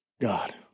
God